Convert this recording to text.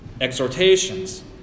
exhortations